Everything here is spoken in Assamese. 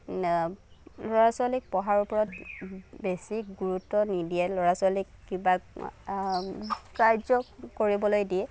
ল'ৰা ছোৱালীক পঢ়াৰ ওপৰত বেছি গুৰুত্ব নিদিয়ে ল'ৰা ছোৱালীক কিবা কাৰ্য কৰিবলৈ দিয়ে